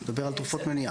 אני מדבר על תרופות מניעה.